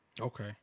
Okay